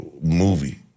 movie